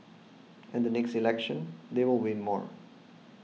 and the next election they will win more